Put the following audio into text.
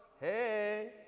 hey